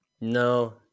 no